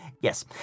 Yes